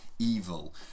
evil